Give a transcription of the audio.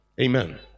Amen